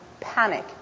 panic